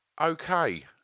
Okay